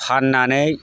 फाननानै